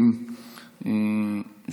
אני מברך אותך על התפקיד,